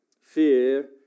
Fear